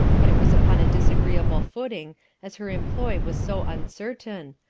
but it was upon a disagreeable footing as her employ was so uncertain,